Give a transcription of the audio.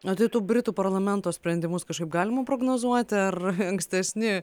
o tai tų britų parlamento sprendimus kažkaip galima prognozuoti ar ankstesni